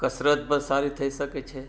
કસરત પણ સારી થઈ શકે છે